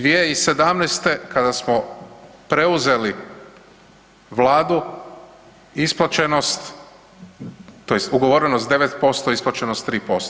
2017. kada smo preuzeli Vladu, isplaćenost tj. ugovorenost 9%, isplaćenost 3%